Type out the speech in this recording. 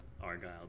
Argyle